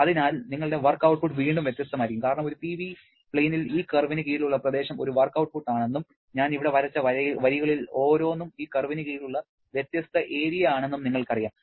അതിനാൽ നിങ്ങളുടെ work output വീണ്ടും വ്യത്യസ്തമായിരിക്കും കാരണം ഒരു PV പ്ലെയിനിൽ ഈ കർവിന് കീഴിലുള്ള പ്രദേശം ഒരു വർക്ക് ഔട്ട്പുട്ടാണെന്നും ഞാൻ ഇവിടെ വരച്ച വരികളിൽ ഓരോന്നും ഈ കർവിന് കീഴിലുള്ള വ്യത്യസ്ത ഏരിയയാണെന്നും നിങ്ങൾക്കറിയാം